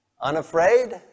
unafraid